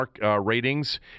ratings